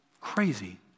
crazy